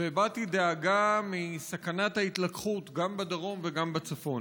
והבעתי דאגה בשל סכנת ההתלקחות גם בדרום וגם בצפון.